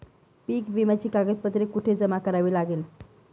पीक विम्याची कागदपत्रे कुठे जमा करावी लागतील?